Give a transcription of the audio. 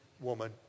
woman